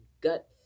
gut